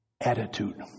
Attitude